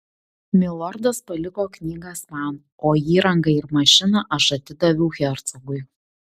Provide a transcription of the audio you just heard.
milordas paliko knygas man o įrangą ir mašiną aš atidaviau hercogui